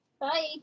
Bye